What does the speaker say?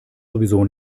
sowieso